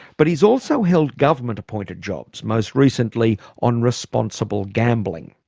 but he's also held government appointed jobs, most recently on responsible gambling,